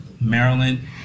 Maryland